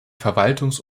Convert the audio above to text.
verwaltungs